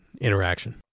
interaction